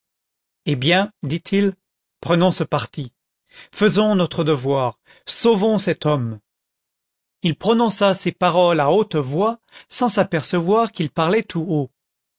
eh bien dit-il prenons ce parti faisons notre devoir sauvons cet homme il prononça ces paroles à haute voix sans s'apercevoir qu'il parlait tout haut